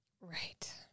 right